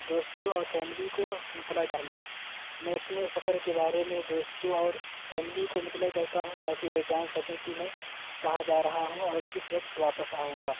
دوستوں اور فیملی کو مطلع کرنا میں اپنے سفر کے بارے میں دوستوں اور فیملی کو مطلع کرتا ہوں تاکہ وہ جان سکیں کہ میں کہاں جا رہا ہوں اور کس وقت واپس آؤں گا